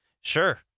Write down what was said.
sure